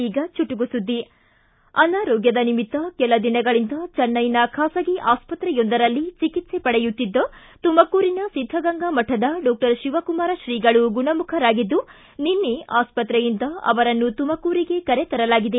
ಈಗ ಚುಟುಕು ಸುದ್ದಿ ಅನಾರೋಗ್ಯದ ನಿಮಿತ್ತ ಕೆಲ ದಿನಗಳಿಂದ ಚೆನ್ನೈನ ಖಾಸಗಿ ಆಸ್ಪತ್ತೆಯೊಂದರಲ್ಲಿ ಚಿಕಿತ್ಸೆ ಪಡೆಯುತ್ತಿದ್ದ ತುಮಕೂರಿನ ಿದ್ದಗಂಗಾ ಮಠದ ಡಾಕ್ಟರ್ ಶಿವಕುಮಾರ ಶ್ರೀಗಳು ಗುಣಮುಖರಾಗಿದ್ದು ನಿನ್ನೆ ಆಸ್ಪತ್ರೆಯಿಂದ ಅವರನ್ನು ತುಮಕೂರಿಗೆ ಕರೆ ತರಲಾಗಿದೆ